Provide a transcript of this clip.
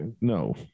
No